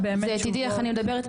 תדעי איך אני מדברת,